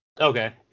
Okay